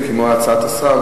כמו הצעת השר,